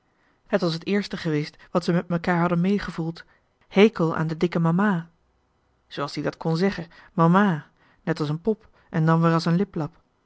het was het eerste geweest wat ze met mekaar hadden meegevoeld hekel aan de dikke mama zooas t ie dat kon zeggen màmmà net a's en pop en dan weer a's en